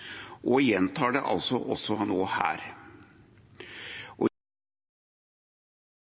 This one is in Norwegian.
og jeg gjentar det altså nå her. Det gjør jeg fordi representanter for regjeringspartiene – og